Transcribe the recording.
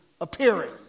appearing